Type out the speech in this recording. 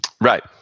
Right